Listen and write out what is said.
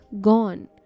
gone